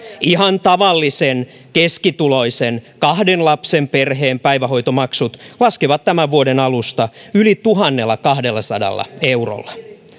ihan tavallisen keskituloisen kahden lapsen perheen päivähoitomaksut laskivat tämän vuoden alusta yli tuhannellakahdellasadalla eurolla